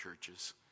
churches